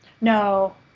no